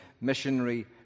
missionary